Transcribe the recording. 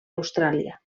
austràlia